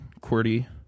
QWERTY